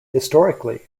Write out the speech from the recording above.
historically